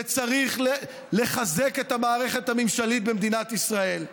וצריך לחזק את מערכת הממשל במדינת ישראל.